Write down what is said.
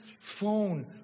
phone